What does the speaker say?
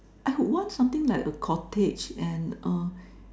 I want something like a cottage and uh